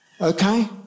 okay